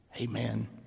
Amen